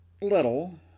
little